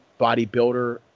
bodybuilder